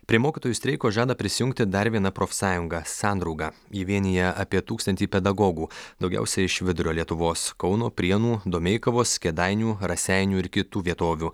prie mokytojų streiko žada prisijungti dar viena profsąjunga sandrauga ji vienija apie tūkstantį pedagogų daugiausiai iš vidurio lietuvos kauno prienų domeikavos kėdainių raseinių ir kitų vietovių